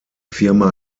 firma